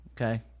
Okay